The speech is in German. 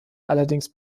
allerdings